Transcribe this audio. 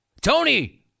Tony